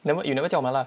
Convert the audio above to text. never you never 叫麻辣